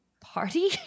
party